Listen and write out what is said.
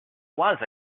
was